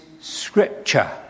scripture